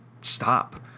stop